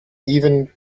even